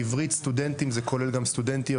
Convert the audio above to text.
בעברית סטודנטים כולל גם סטודנטיות.